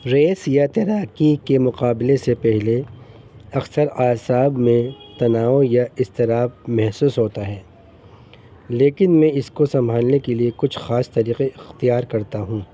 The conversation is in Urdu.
ریس یا تیراکی کے مقابلے سے پہلے اکثر اعصاب میں تناؤ یا اضطراب محسوس ہوتا ہے لیکن میں اس کو سنبھالنے کے لیے کچھ خاص طریقے اختیار کرتا ہوں